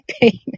pain